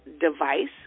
device